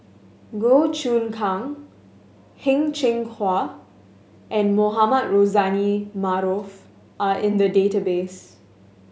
Goh Choon Kang Heng Cheng Hwa and Mohamed Rozani Maarof are in the database